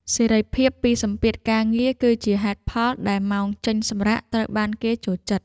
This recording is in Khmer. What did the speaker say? សេរីភាពពីសម្ពាធការងារ គឺជាហេតុផលដែលម៉ោងចេញសម្រាកត្រូវបានគេចូលចិត្ត។